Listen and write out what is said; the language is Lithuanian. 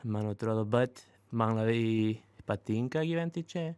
man atrodo bet man labai patinka gyventi čia